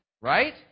Right